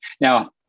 Now